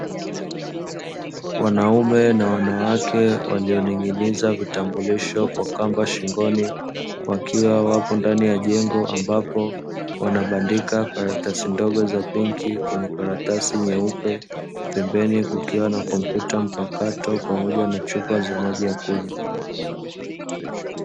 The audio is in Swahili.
Wanaume na wanawake walioning'iniza vitambulisho kwa kamba shingoni. Wakiwa wapo ndani ya jengo ambapo wanabandika karatasi ndogo za pinki kwenye karatasi nyeupe, pembeni kukiwa na kompyuta mpakato pamoja na chupa za maji ya kunywa.